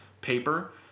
paper